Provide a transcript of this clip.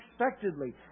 unexpectedly